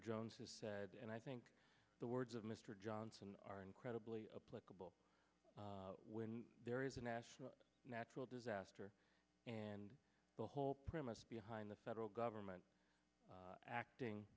jones has said and i think the words of mr johnson are incredibly when there is a national natural disaster and the whole premise behind the federal government acting